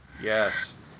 yes